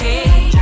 Hey